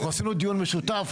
אנחנו עשינו דיון משותף.